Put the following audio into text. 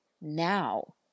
now